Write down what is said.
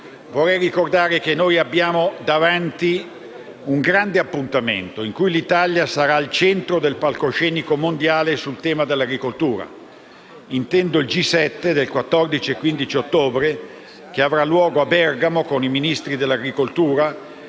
vorrei ricordare che abbiamo davanti un grande appuntamento, nell'ambito del quale l'Italia sarà al centro del palcoscenico mondiale sul tema dell'agricoltura. Mi riferisco al G7 del 14 e 15 ottobre, che si svolgerà a Bergamo con i Ministri dell'agricoltura,